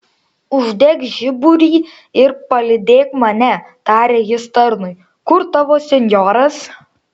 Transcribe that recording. uždek žiburį ir palydėk mane tarė jis tarnui kur tavo senjoras